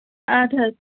اَدٕ حظ